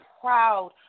proud